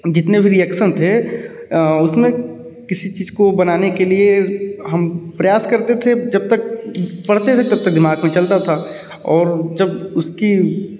जितने भी रिएक्शन थे उसमें किसी चीज को बनाने के लिए हम प्रयास करते थे जब तक पढ़ते थे तब तक दिमाग में चलता था और जब उसकी